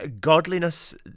godliness